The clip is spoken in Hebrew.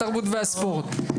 התרבות והספורט.